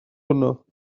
hwnnw